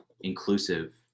inclusive